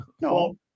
No